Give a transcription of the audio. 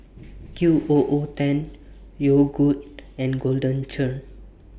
Q O O ten Yogood and Golden Churn